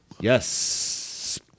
Yes